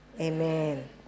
Amen